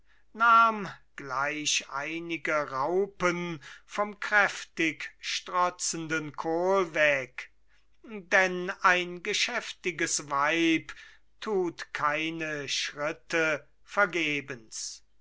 nahm gleich einige raupen vom kräftig strotzenden kohl weg denn ein geschäftiges weib tut keine schritte vergebens